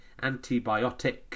antibiotic